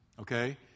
Okay